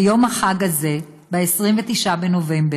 ביום החג הזה, ב-29 בנובמבר,